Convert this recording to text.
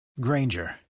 Granger